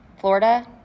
Florida